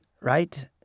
right